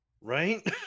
Right